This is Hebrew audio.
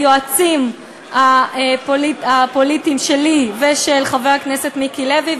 היועצים הפוליטיים שלי ושל חבר הכנסת מיקי לוי.